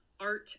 art